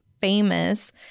famous